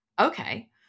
okay